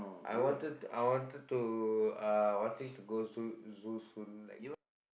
I wanted I wanted to uh wanting to go zoo zoo soon like very